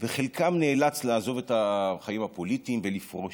וחלקם נאלצו לעזוב את החיים הפוליטיים ולפרוש.